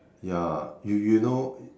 ya if you know